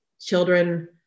children